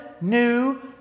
new